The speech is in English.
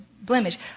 blemish